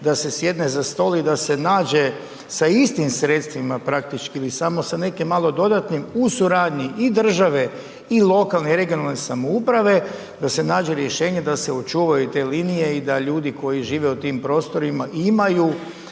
da se sjedne za stol i da se nađe, sa istim sredstvima, praktički ili samo sa nekim malo dodatnim u suradnji i države i lokalne i regionalne samouprave, da se nađe rješenje da se očuvaju te linije i da ljudi koji žive u tim prostorima, imaju